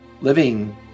living